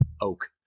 Oak